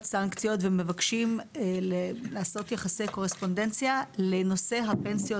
סנקציות ומבקשים לעשות יחסי קורספונדנציה לנושא הפנסיות